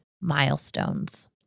Milestones